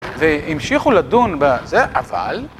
והמשיכו לדון בזה, אבל...